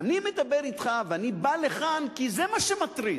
מדבר על כך, כי זה מה שמטריד,